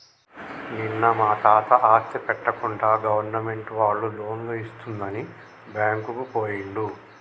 నిన్న మా తాత ఆస్తి పెట్టకుండా గవర్నమెంట్ వాళ్ళు లోన్లు ఇస్తుందని బ్యాంకుకు పోయిండు